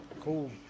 cool